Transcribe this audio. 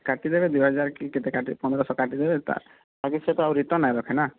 କାଟିଦେବେ ଦୁଇହଜାର କି କେତେ କାଟି ପନ୍ଦରଶହ କାଟିଦେବେ ତା ବାକି ସେ ତ ଆଉ ରିଟର୍ଣ୍ଣ ନାହିଁ ରଖେ ନା